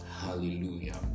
Hallelujah